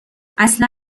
اصلا